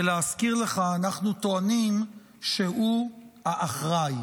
כי להזכיר לך, אנחנו טוענים שהוא האחראי.